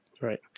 Right